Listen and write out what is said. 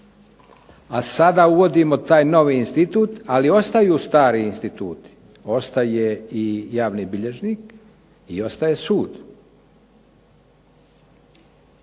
a sada uvodimo taj novi institut ali ostaju stari instituti. Ostaje i javni bilježnik i ostaje sud.